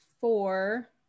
four